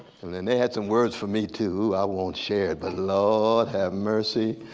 and then they had some words for me too. ooh, i won't share it but lord have mercy.